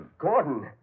Gordon